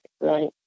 right